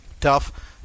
tough